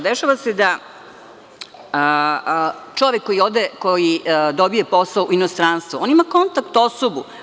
Dešava se da čovek koji dobije posao u inostranstvu, on ima kontakt osobu.